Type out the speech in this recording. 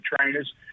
trainers